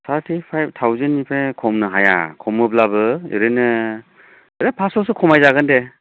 thirty-five थाउजेन्दनिफ्राय खमायनो हाया खमायोब्लाबो ओरैनो फास्स'सो खमायजागोन दे